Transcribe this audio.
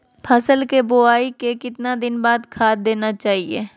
फसल के बोआई के कितना दिन बाद खाद देना चाइए?